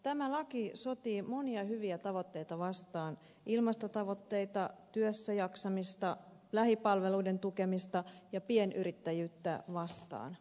tämä laki sotii monia hyviä tavoitteita vastaan ilmastotavoitteita työssä jaksamista lähipalveluiden tukemista ja pienyrittäjyyttä vastaan